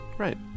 right